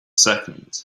second